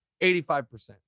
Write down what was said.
85%